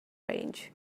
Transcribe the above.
range